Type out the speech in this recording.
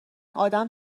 آدم